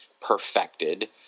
perfected